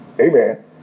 Amen